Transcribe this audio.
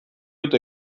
dut